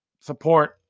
support